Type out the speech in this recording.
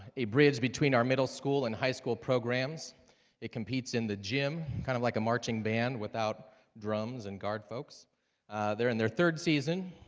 a bridge between our middle school and high school programs it competes in the gym kind of like a marching band without drums and guard folks they're in their third season